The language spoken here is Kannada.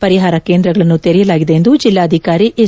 ಪರಿಹಾರ ಕೇಂದ್ರಗಳನ್ನು ತೆರೆಯಲಾಗಿದೆ ಎಂದು ಜಿಲ್ಲಾಧಿಕಾರಿ ಎಸ್